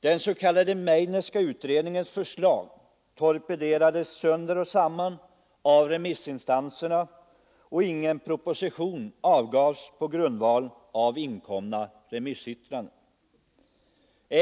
Den s.k. Meidnerska utredningens förslag torpederades sönder och samman av remissinstanserna, och ingen proposition avgavs på grundval av inkomna remissyttranden.